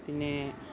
പിന്നെ